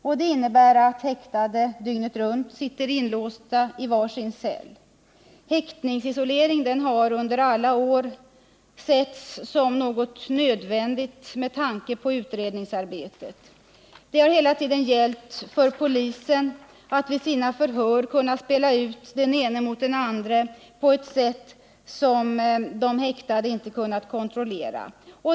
Detta innebär att häktade sitter inlåsta i var sin cell dygnet runt. Häktningsisoleringen har under alla år ansetts vara någonting nödvändigt med tanke på utredningsarbetet. Det har hela tiden gällt för polisen att vid sina förhör kunna spela ut den ene mot den andre på ett sätt som de häktade inte kan kontrollera.